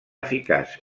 eficaç